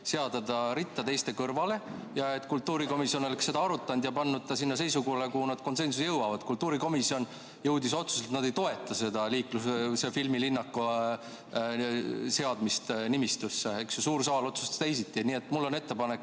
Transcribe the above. seada ta teiste kõrvale ja kultuurikomisjon oleks seda arutanud ja pannud ta sellesse kohta, kuhu nad konsensusega jõuavad. Kultuurikomisjon jõudis otsusele, et nad ei toeta filmilinnaku seadmist nimistusse, eks ju, suur saal otsustas teisiti. Nii et mul on ettepanek: